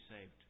saved